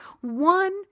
one